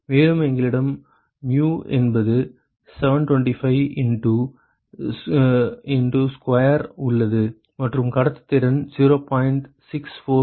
மேலும் எங்களிடம் mu என்பது 725 இண்டு ஸ்கொயர் உள்ளது மற்றும் கடத்துத்திறன் 0